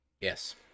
Yes